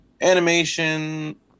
animation